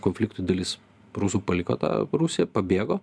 konfliktų dalis rusų paliko tą rusiją pabėgo